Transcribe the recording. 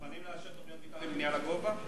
מוכנים לאשר תוכניות מיתאר עם בנייה לגובה?